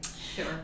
Sure